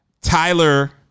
tyler